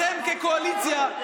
אתם כקואליציה,